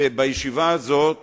ובישיבה הזאת